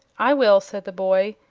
i will, said the boy,